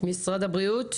משרד הבריאות?